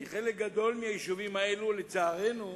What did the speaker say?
חלק גדול מהיישובים האלה, לצערנו,